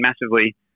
massively